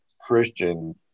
Christian